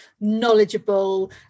knowledgeable